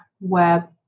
web